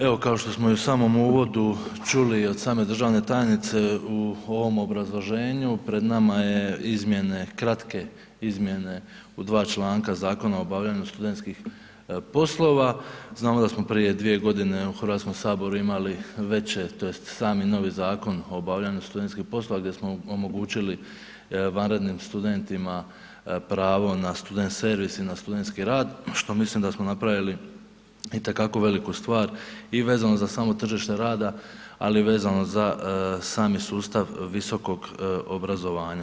Evo kao što smo i u samom uvodu čuli od same državne tajnice u ovom obrazloženju, pred nama je izmjene, kratke izmjene u dva članka Zakona o obavljanju studentskih poslova, znamo da smo prije 2 g. u Hrvatskom saboru imali veće, tj. sami novi Zakon o obavljaju studentskih poslova gdje smo omogućili vanrednim studentima pravo na student servis i na studentski rad što mislim da smo napravili itekako veliku stvar i vezano za samo tržište ali i vezano za sami sustav visokog obrazovanja.